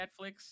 Netflix